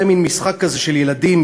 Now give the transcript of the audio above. זה מין משחק כזה של ילדים,